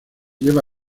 lleva